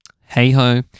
Hey-ho